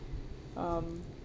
um